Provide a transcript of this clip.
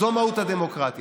זאת מהות הדמוקרטיה.